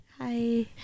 Hi